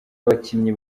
abakinnyi